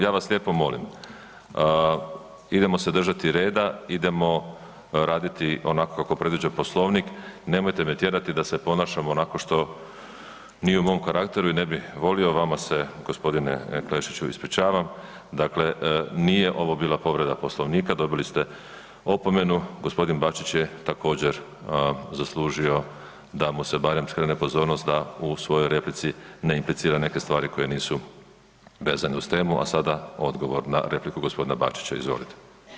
Ja vas lijepo molim, idemo se držati reda, idemo raditi onako kako predviđa Poslovnik, nemojte me tjerati da se ponašam onako što nije u mom karakteru i ne bi volio, vama se g. Klešiću ispričavam, dakle nije ovo povreda Poslovnika, dobili ste opomenu, g. Bačić je također zaslužio da mu se barem skrene pozornost da u svojoj replici ne implicira neke stvari koje nisu vezane uz temu a sada odgovor na repliku g. Bačića, izvolite.